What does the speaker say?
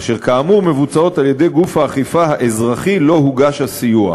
אשר כאמור מבוצעות על-ידי גוף האכיפה האזרחי שהוגש לו הסיוע.